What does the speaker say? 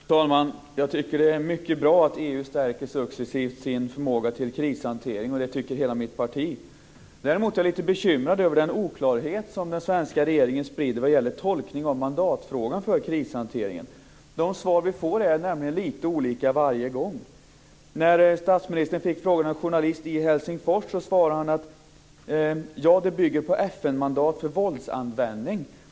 Fru talman! Jag tycker att det är mycket bra att EU successivt stärker sin förmåga till krishantering och det tycker hela mitt parti. Däremot är jag lite bekymrad över den oklarhet som den svenska regeringen sprider vad gäller tolkningen av frågan om mandat för krishantering. De svar vi får är nämligen lite olika varje gång. När statsministern fick frågan av en journalist i Helsingfors svarade han: Det bygger på FN-mandat för våldsanvändning.